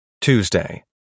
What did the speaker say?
Tuesday